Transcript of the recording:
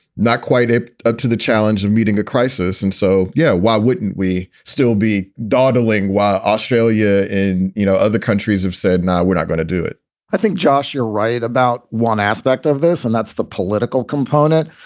not quite up to the challenge of meeting a crisis. and so, yeah, why wouldn't we still be dawdling? why australia and, you know, other countries have said, no, we're not going to do it i think, josh, you're right about one aspect of this, and that's the political component.